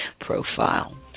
profile